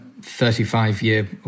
35-year